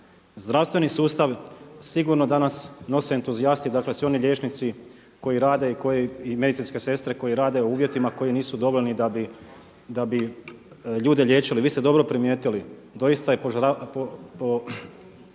zdravstveni sustav sigurno danas nose entuzijasti, dakle svi oni liječnici koji rade i koji, i medicinske sestre koje rade u uvjetima koji nisu dovoljni da bi ljude liječili. Vi ste dobro primijetili, doista je upozoravajuća